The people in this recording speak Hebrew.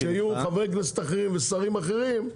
כשיהיו חברי כנסת אחרים ושרים אחרים,